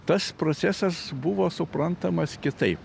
tas procesas buvo suprantamas kitaip